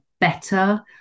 better